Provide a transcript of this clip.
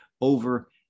over